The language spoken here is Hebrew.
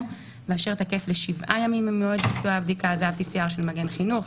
"ואשר תקף ל-7 ימים ממועד ביצוע הבדיקה"; זה ה-PCR של מגן חינוך.